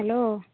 hello